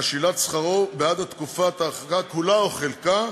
על שלילת שכרו בעד תקופת ההרחקה, כולה או חלקה,